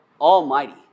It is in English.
almighty